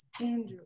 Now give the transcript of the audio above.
Andrew